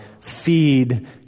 feed